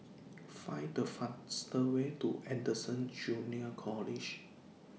Find The fastest Way to Anderson Junior College